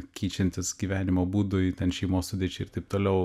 keičiantis gyvenimo būdui ten šeimos sudėčiai ir taip toliau